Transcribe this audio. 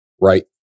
right